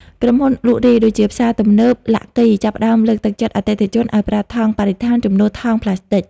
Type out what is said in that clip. ក្រុមហ៊ុន លក់រាយ ដូចជាផ្សារទំនើប ឡាក់គី (Lucky) ចាប់ផ្ដើមលើកទឹកចិត្តអតិថិជនឱ្យប្រើថង់បរិស្ថានជំនួសថង់ប្លាស្ទិក។